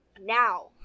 Now